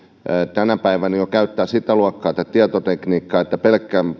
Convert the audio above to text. tänä päivänä että ne käyttävät jo sitä luokkaa tätä tietotekniikkaa että pelkkä